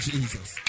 Jesus